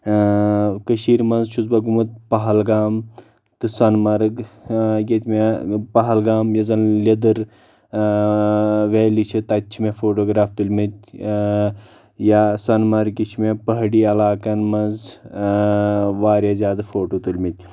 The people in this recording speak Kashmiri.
کٔشیٖرِ منٛز چھُس بہٕ گوٚمُت پہلگام تہٕ سۄن مرٕگ ییٚتہِ مےٚ پہلگام یُس زن لِدٕر ویلی چھِ تتہِ چھِ مےٚ فوٹوگراف تُلۍ مٕتۍ یا سۄن مرگہِ چھِ مےٚ پہٲڑی علاقن منٛز واریاہ زیادٕ فوٹو تُلۍ مٕتۍ